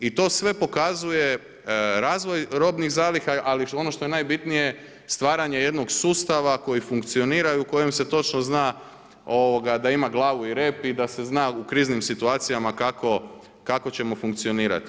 I to sve pokazuje razvoj robnih zaliha ali i ono što je najbitnije, stvaranje jednog sustava koji funkcionira i u kojem se točno zna da ima glavu i rep i da se zna u kriznim situacijama kako ćemo funkcionirati.